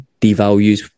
devalues